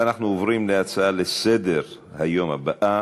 ואנחנו עוברים להצעות לסדר-היום הבאות: